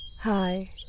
Hi